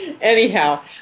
Anyhow